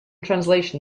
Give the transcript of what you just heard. translation